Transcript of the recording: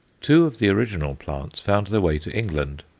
two of the original plants found their way to england,